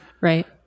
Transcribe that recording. Right